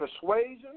persuasion